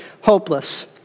hopeless